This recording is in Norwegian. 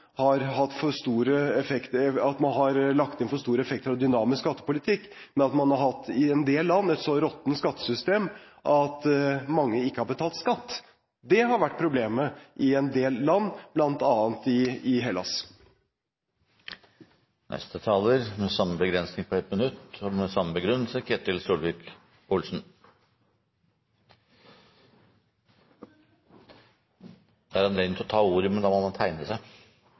har vært problemet i Europa, er ikke at man har lagt inn for store effekter av dynamisk skattepolitikk, men at man – i en del land – har hatt et så råttent skattesystem at mange ikke har betalt skatt. Det har vært problemet i en del land, bl.a. i Hellas. Ketil Solvik-Olsen har hatt ordet to ganger tidligere og får ordet til en kort merknad, begrenset til 1 minutt. Dette blir en ganske håpløs debatt. Hvordan i alle dager kommer regjeringen fram til